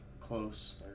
Close